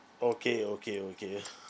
okay okay okay